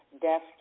Death